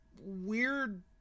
weird